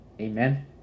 Amen